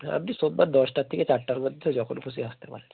হ্যাঁ আপনি সোমবার দশটা থেকে চারটের মধ্যে যখন খুশি আসতে পারেন